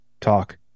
talk